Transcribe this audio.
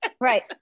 Right